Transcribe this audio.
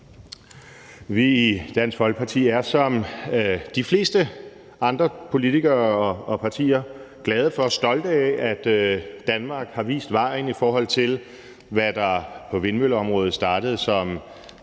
Vi i Dansk Folkeparti er som de fleste andre politikere og partier glade for og stolte af, at Danmark har vist vejen, i forhold til hvad der på vindmølleområdet startede som